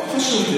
לא חשוב.